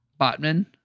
Botman